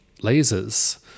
lasers